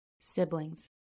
siblings